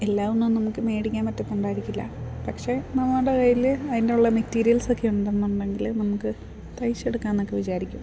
എല്ലാം ഒന്നും നമുക്ക് മേടിക്കാൻ പറ്റത്തുണ്ടായിരിക്കില്ല പഷേ നമ്മുടെ കയ്യില് അയിനുള്ള മെറ്റീരിയൽസൊക്കെ ഉണ്ടെന്നുണ്ടെങ്കില് നമുക്ക് തൈച്ചെടുക്കാന്നൊക്കെ വിചാരിക്കും